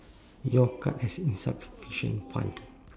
your card has insufficient fund